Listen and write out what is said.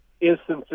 instances